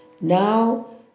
Now